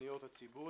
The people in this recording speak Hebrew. פניות הציבור,